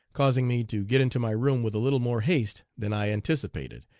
causing me to get into my room with a little more haste than i anticipated,